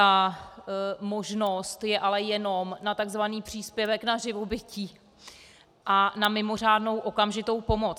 Ta možnost je ale jenom na tzv. příspěvek na živobytí a na mimořádnou okamžitou pomoc.